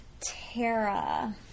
Tara